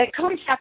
contact